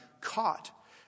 caught